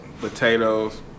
potatoes